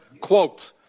quote